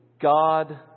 God